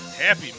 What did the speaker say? Happy